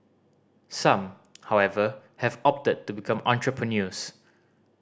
some however have opted to become entrepreneurs